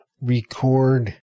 record